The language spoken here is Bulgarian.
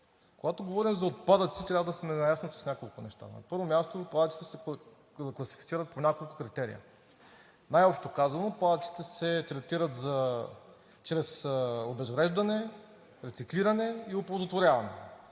Когато говорим за отпадъци, трябва да сме наясно с няколко неща. На първо място, отпадъците се класифицират по няколко критерия. Най-общо казано, отпадъците се третират чрез обезвреждане, рециклиране и оползотворяване.